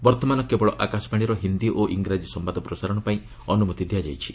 ବର୍ତ୍ତମାନ କେବଳ ଆକାଶବାଣୀର ହିନ୍ଦୀ ଓ ଇଂରାଜୀ ସମ୍ଭାଦ ପ୍ରସାରଣପାଇଁ ଅନୁମତି ଦିଆଯାଇଛି